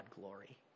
glory